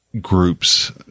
groups